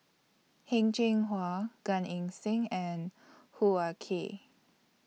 Heng Cheng Hwa Gan Eng Seng and Hoo Ah Kay